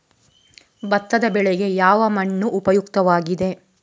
ಭತ್ತದ ಬೆಳೆಗೆ ಯಾವ ಮಣ್ಣು ಉಪಯುಕ್ತವಾಗಿದೆ?